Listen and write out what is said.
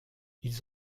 ils